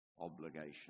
obligation